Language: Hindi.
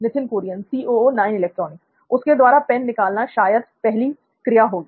नित्थिन कुरियन उसके द्वारा पेन निकालना शायद पहली क्रिया होगी